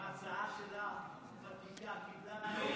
ההצעה שלה ותיקה יותר.